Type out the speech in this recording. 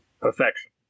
Perfection